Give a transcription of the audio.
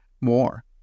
more